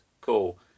cool